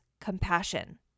compassion